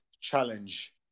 challenge